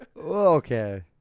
Okay